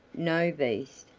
no, beast,